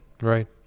Right